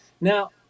Now